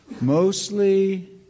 mostly